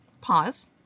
pause